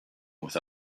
with